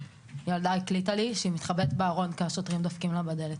ילדה הקליטה לי שהיא מתחבאת בארון כי השוטרים דופקים לה בדלת,